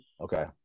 Okay